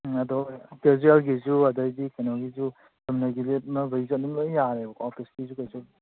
ꯎꯝ ꯑꯗꯣ ꯀꯦꯖ꯭ꯌꯦꯜꯒꯤꯁꯨ ꯑꯗꯩꯒꯤ ꯀꯩꯅꯣꯒꯤꯁꯨ ꯆꯨꯝꯅꯒꯤ ꯂꯤꯠꯅꯕꯩꯁꯨ ꯑꯗꯨꯝ ꯂꯣꯏ ꯌꯥꯔꯦꯕꯀꯣ ꯑꯣꯐꯤꯁꯀꯤꯁꯨ ꯀꯩꯁꯨ